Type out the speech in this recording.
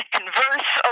converse